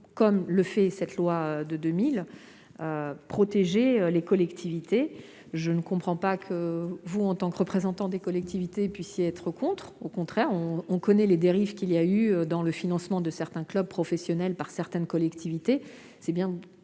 comme le fait la loi de 2000, protéger les collectivités. Je ne comprends pas que vous, représentants des collectivités, puissiez être contre, compte tenu des dérives observées dans le financement de certains clubs professionnels par certaines collectivités.